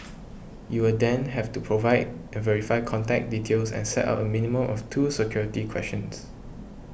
you will then have to provide and verify contact details and set up a minimum of two security questions